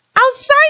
Outside